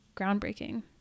Groundbreaking